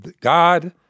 God